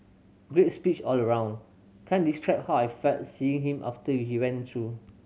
great speech all round can't how I felt seeing him after he went through